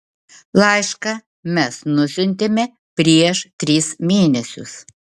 laišką mes nusiuntėme prieš tris mėnesius